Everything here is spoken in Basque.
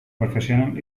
profesional